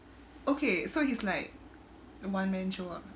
okay so he's like a one man show up ah